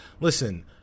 Listen